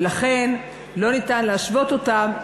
ולכן אי-אפשר להשוות אותן,